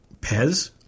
Pez